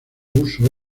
uso